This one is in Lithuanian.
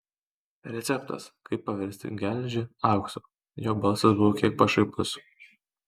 receptas kaip paversti geležį auksu jo balsas buvo kiek pašaipus